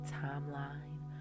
timeline